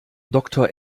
doktor